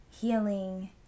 healing